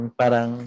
parang